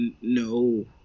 no